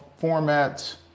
formats